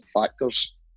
factors